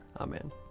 Amen